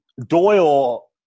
Doyle